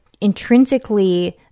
intrinsically